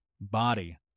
body